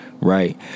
Right